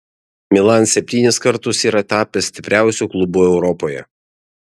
milan septynis kartus yra tapęs stipriausiu klubu europoje